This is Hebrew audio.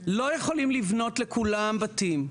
לא יכולים לבנות לכולם בתים.